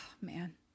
man